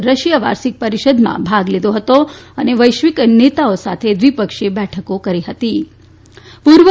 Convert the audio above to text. Russia વાર્ષિક પરિષદમાં ભાગ લીધો હતો અને વૈશ્વિક નેતાઓ સાથે દ્વિપક્ષીય ભારતબેઠકો કરી હતીપૂર્વ